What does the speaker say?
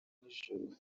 nijoro